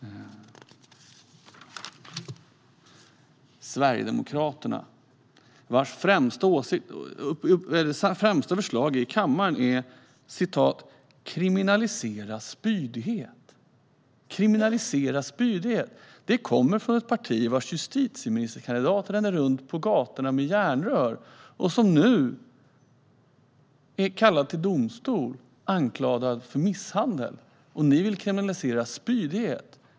Sverigedemokraternas främsta förslag i kammaren är att kriminalisera spydighet. Det kommer från ett parti vars justitieministerkandidat ränner runt på gatorna med järnrör och som nu är kallad till domstol, anklagad för misshandel. Och ni sverigedemokrater vill kriminalisera spydighet!